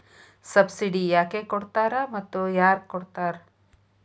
Subsidy ಯಾಕೆ ಕೊಡ್ತಾರ ಮತ್ತು ಯಾರ್ ಕೊಡ್ತಾರ್?